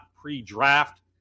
pre-draft